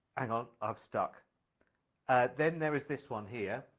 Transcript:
and on a star and then there is this one here